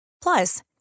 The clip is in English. Plus